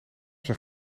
zijn